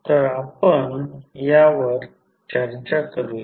तर आपण यावर चर्चा करूया